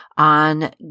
on